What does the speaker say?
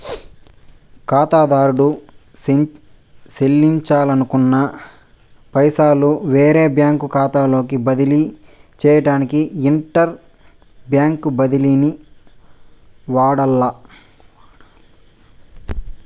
కాతాదారుడు సెల్లించాలనుకున్న పైసలు వేరే బ్యాంకు కాతాలోకి బదిలీ సేయడానికి ఇంటర్ బ్యాంకు బదిలీని వాడాల్ల